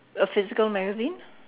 a physical magazine